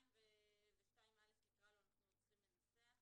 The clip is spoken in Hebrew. (2) ו-(2) (א) אנחנו עוד צריכים לנסח.